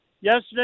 yesterday